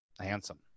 handsome